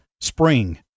spring